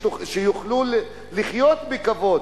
שיוכלו לחיות בכבוד.